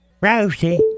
Rosie